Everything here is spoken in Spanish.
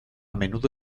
menudo